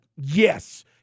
yes